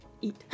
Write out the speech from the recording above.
eat